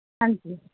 ਹਾਂਜੀ